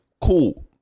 Cool